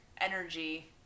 energy